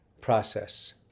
process